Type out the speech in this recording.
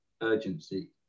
urgency